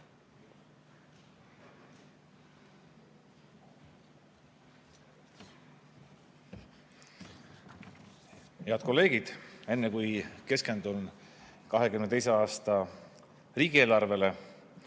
Head kolleegid! Enne, kui keskendun 2022. aasta riigieelarvele,